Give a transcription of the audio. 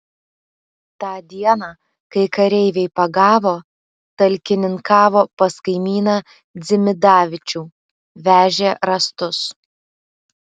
tą dieną kai kareiviai pagavo talkininkavo pas kaimyną dzimidavičių vežė rąstus